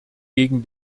gegen